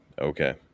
Okay